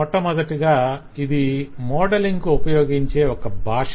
మొట్టమొదటగా ఇది మోడలింగ్ కు ఉపయోగించే ఒక భాష